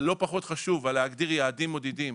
אבל לא פחות חשוב על להגדיר יעדים מדידים.